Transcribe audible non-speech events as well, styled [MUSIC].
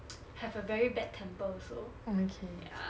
[NOISE] have a very bad temper also ya